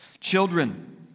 Children